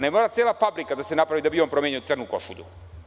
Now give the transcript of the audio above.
Ne mora cela fabrika da se napravi da bi on promenio crnu košulju.